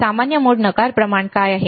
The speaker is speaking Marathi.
सामान्य मोड नकार प्रमाण काय आहे